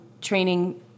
training